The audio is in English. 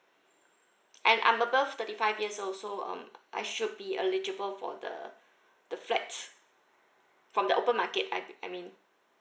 and I'm above thirty five years old so um I should be eligible for the the flats from the open market I I mean